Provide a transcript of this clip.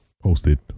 Posted